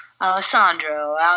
Alessandro